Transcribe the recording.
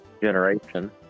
generation